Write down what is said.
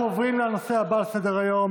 אנחנו עוברים לנושא הבא על סדר-היום,